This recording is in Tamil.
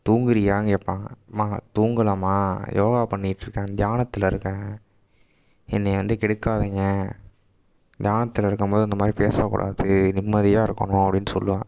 தூங்கறியான்னு கேட்பாங்க ம்மா தூங்கலைம்மா யோகா பண்ணிகிட்ருக்கேன் தியானத்தில் இருக்கேன் என்னை வந்து கெடுக்காதீங்க தியானத்தில் இருக்கும் போது இந்த மாதிரி பேசக்கூடாது நிம்மதியாக இருக்கணும் அப்படின்னு சொல்லுவேன்